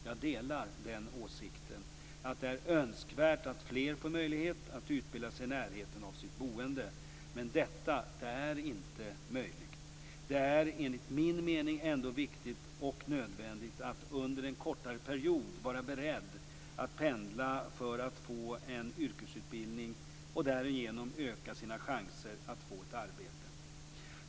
Jag delar den åsikten att det är önskvärt att fler får möjlighet att utbilda sig i närheten av sitt boende, men detta är inte alltid möjligt. Det är enligt min mening ändå viktigt och nödvändigt att under en kortare period vara beredd att pendla för att få en yrkesutbildning och därigenom öka sina chanser att få ett arbete.